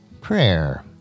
Prayer